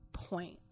point